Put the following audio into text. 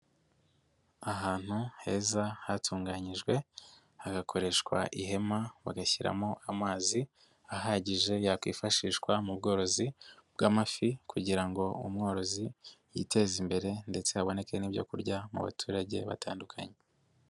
Ahantu heza hatunganyijwe hagakoreshwa ihema bagashyiramo amazi ahagije yakifashishwa mu bworozi bw'amafi kugira ngo umworozi yiteze imbere ndetse haboneke n'ibyo kurya mu baturage batandukanye.